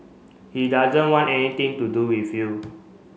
he doesn't want anything to do with you